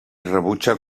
rebutja